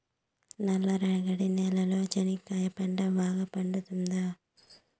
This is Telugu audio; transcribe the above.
నల్ల రేగడి నేలలో చెనక్కాయ పంట బాగా పండుతుందా?